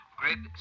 grid